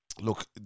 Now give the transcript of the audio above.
Look